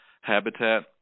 habitat